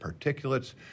particulates